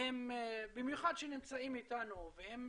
במיוחד שנמצאים איתנו והם מצליחים,